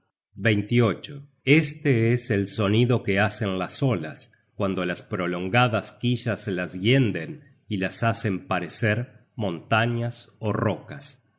silbando este es el sonido que hacen las olas cuando las prolongadas quillas las hienden y las hacen parecer montañas ó rocas